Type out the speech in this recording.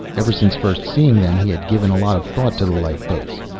ever since first seeing them, he had given a lot of thought to the lifeboats.